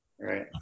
Right